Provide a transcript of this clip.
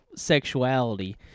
sexuality